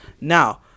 Now